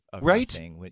right